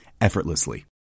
effortlessly